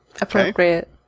Appropriate